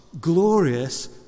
glorious